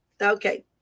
Okay